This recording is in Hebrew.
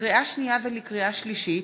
לקריאה שנייה ולקריאה שלישית: